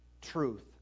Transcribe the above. truth